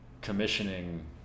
commissioning